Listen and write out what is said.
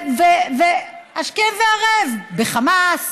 השכם והערב, בחמאס,